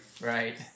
Right